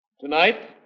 tonight